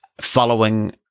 following